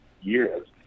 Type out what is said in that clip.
years